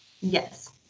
Yes